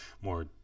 more